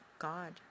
God